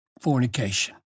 fornication